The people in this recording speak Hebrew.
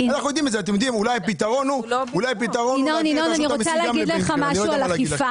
אולי הפתרון הוא להעביר גם את רשות המיסים לבן גביר.